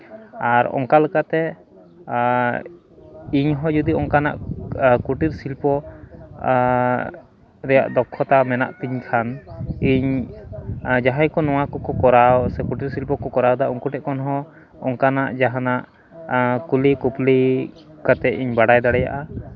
ᱟᱨ ᱚᱱᱠᱟ ᱞᱮᱠᱟᱛᱮ ᱟᱨ ᱤᱧᱦᱚᱸ ᱡᱩᱫᱤ ᱚᱱᱠᱟᱱᱟᱜ ᱠᱩᱴᱤᱨ ᱥᱤᱞᱯᱚ ᱨᱮᱭᱟᱜ ᱫᱚᱠᱠᱷᱚᱛᱟ ᱢᱮᱱᱟᱜ ᱛᱤᱧ ᱠᱷᱟᱱ ᱤᱧ ᱡᱟᱦᱟᱸᱭ ᱠᱚ ᱱᱚᱣᱟ ᱠᱚᱠᱚ ᱠᱚᱨᱟᱣ ᱥᱮ ᱠᱩᱴᱤᱨ ᱥᱤᱞᱯᱚ ᱠᱚ ᱠᱚᱨᱟᱣᱮᱫᱟ ᱩᱱᱠᱩ ᱴᱷᱮᱱ ᱠᱷᱚᱱ ᱦᱚᱸ ᱚᱱᱠᱟᱱᱟᱜ ᱡᱟᱦᱟᱱᱟᱜ ᱠᱩᱞᱤ ᱠᱩᱯᱞᱤ ᱠᱟᱛᱮᱫ ᱤᱧ ᱵᱟᱰᱟᱭ ᱫᱟᱲᱮᱭᱟᱜᱼᱟ